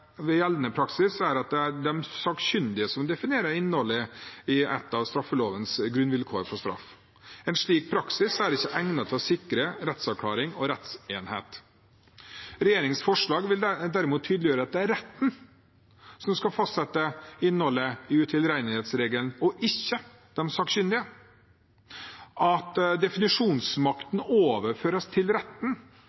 ved gjeldende praksis er at det er de sakkyndige som definerer innholdet i et av straffelovens grunnvilkår for straff. En slik praksis er ikke egnet til å sikre rettsavklaring og rettsenhet. Regjeringens forslag vil derimot tydeliggjøre at det er retten som skal fastsette innholdet i utilregnelighetsregelen, og ikke de sakkyndige. At